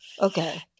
Okay